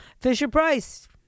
Fisher-Price